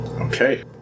Okay